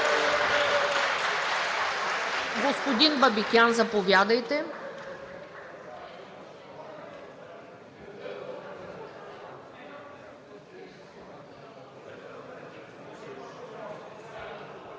Господин Бабикян, заповядайте.